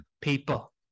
People